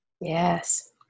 Yes